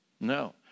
No